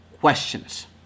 questions